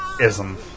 Ism